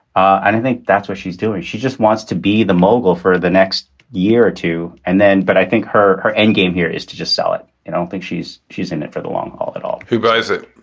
and i think that's what she's doing. she just wants to be the mogul for the next year or two. and then but i think her her endgame here is to just sell it. and i don't think she's she's in it for the long haul at all. who buys it?